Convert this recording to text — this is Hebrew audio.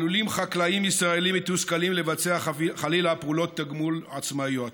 עלולים חקלאים ישראלים מתוסכלים לבצע חלילה פעולות תגמול עצמאיות.